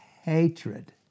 hatred